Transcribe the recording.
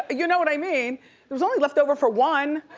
you know what i mean? there was only leftover for one.